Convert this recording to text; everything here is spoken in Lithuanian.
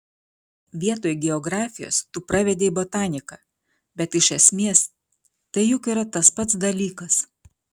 vietoj geografijos tu pravedei botaniką bet iš esmės tai juk yra tas pats dalykas